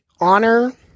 honor